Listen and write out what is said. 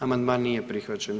Amandman nije prihvaćen.